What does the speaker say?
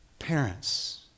Parents